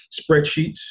spreadsheets